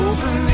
Open